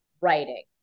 writing